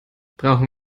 brauchen